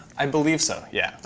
i believe so, yeah.